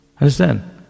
understand